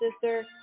Sister